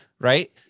right